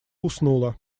уснула